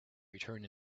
return